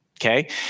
okay